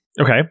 Okay